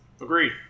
Agreed